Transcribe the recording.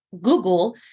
Google